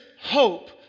hope